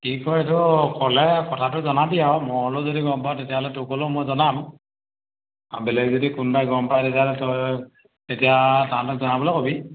কি কয় এইটো ক'লে কথাটো জনাবি আৰু মই হ'লেও যদি গম পাওঁ তেতিয়াহ'লে তোক ক'লেও মই জনাম বেলেগ যদি কোনোবাই গম পায় তেতিয়াহ'লে তেতিয়া